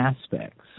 aspects